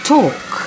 Talk